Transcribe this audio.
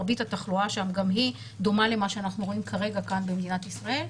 מרבית התחלואה שם דומה למה שמה שאנחנו רואים כרגע כאן במדינת ישראל.